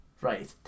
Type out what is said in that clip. Right